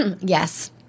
Yes